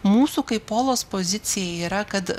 mūsų kaip polos pozicija yra kad